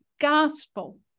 gospel